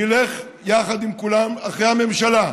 נלך יחד עם כולם אחרי הממשלה,